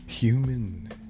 Human